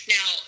Now